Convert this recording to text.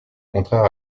contraire